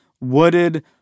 wooded